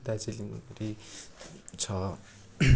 Darjeeling tea छ